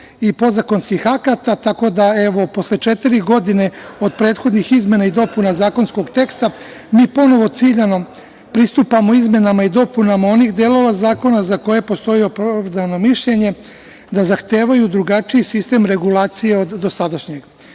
i podzakonskih akata, tako da, evo, posle četiri godine od prethodnih izmena i dopuna zakonskog teksta mi ponovo ciljano pristupamo izmenama i dopunama onih delova zakona za koje postoji opravdano mišljenje da zahtevaju drugačiji sistem regulacije od dosadašnjeg. Često